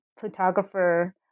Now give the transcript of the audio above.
photographer